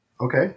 Okay